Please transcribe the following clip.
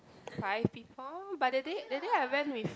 five people but that day that day I went with